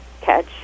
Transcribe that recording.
catch